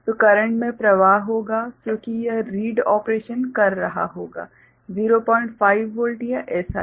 तो करेंट में प्रवाह होगा क्योंकि यह रीड ऑपरेशन कर रहा होगा 05 वोल्ट या एसा ही